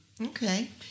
Okay